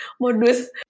Modus